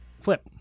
Flip